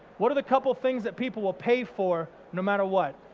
what are the couple things that people will pay for no matter what?